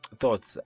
thoughts